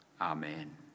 amen